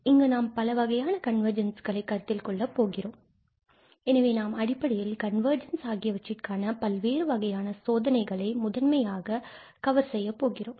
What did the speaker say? இங்கு நாம் பலவகையான கன்வர்ஜென்ஸ்களை கருத்தில் கொள்ளப் போகிறோம் எனவே நாம் அடிப்படையில் கன்வர்ஜென்ஸ் ஆகியவற்றுக்கான பல்வேறு வகையான யோசனைகளை முதன்மையாக கவர் செய்யப்போகிறோம்